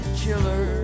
killer